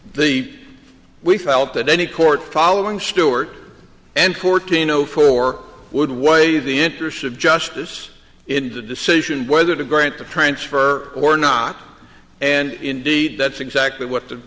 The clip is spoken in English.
the we felt that any court following stewart and fourteen zero four would waive the interest of justice in the decision whether to grant the transfer or not and indeed that's exactly what the